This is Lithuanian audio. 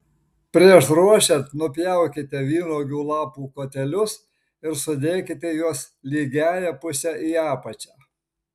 prieš ruošiant nupjaukite vynuogių lapų kotelius ir sudėkite juos lygiąja puse į apačią